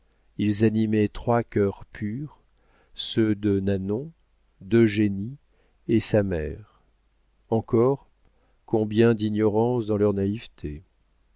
ils animaient trois cœurs purs ceux de nanon d'eugénie et de sa mère encore combien d'ignorance dans leur naïveté